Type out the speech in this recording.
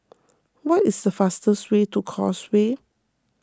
what is the fastest way to Causeway